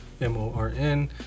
M-O-R-N